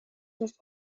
was